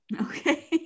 Okay